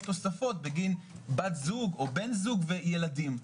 תוספות בגין בת זוג או בן זוג וילדים.